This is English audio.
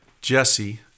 Jesse